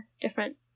different